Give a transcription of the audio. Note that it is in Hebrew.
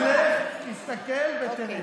תלך, תסתכל ותראה.